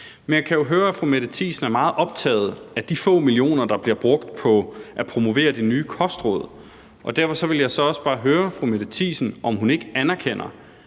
Men jeg kan høre, at fru Mette Thiesen er meget optaget af de få millioner, der bliver brugt på at promovere de nye kostråd, og derfor vil jeg også bare høre fru Mette Thiesen,